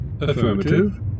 Affirmative